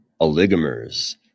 oligomers